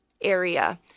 area